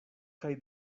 kaj